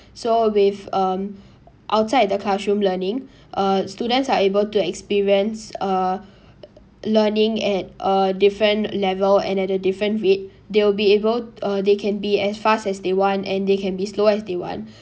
so with um outside the classroom learning uh students are able to experience uh learning at a different level and at a different rate they will be able or they can be as fast as they want and they can be slow as they want